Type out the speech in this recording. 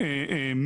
לא.